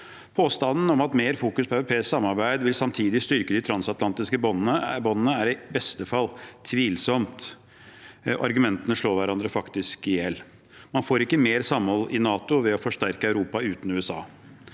Påstanden om at mer fokusering på europeisk samarbeid samtidig vil styrke de transatlantiske båndene, er i beste fall tvilsom. Argumentene slår hverandre faktisk i hjel. Man får ikke mer samhold i NATO ved å forsterke Europa uten USA.